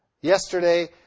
Yesterday